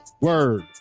Word